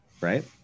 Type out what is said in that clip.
Right